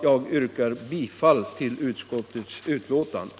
Jag yrkar bifall till utskottets hemställan.